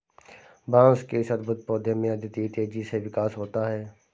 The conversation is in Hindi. बांस के इस अद्भुत पौधे में अद्वितीय तेजी से विकास होता है